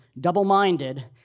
double-minded